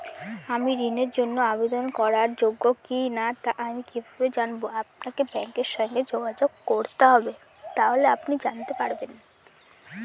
আমি ঋণের জন্য আবেদন করার যোগ্য কিনা তা আমি কীভাবে জানব?